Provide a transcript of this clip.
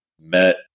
Met